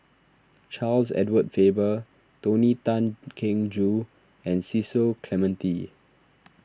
Charles Edward Faber Tony Tan Keng Joo and Cecil Clementi